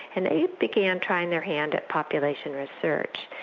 and they began trying their hand at population research.